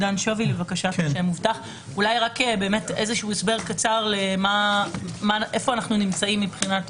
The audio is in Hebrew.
יבוא: אולי איזשהו הסבר קצר היכן אנחנו נמצאים מבחינת